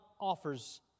offers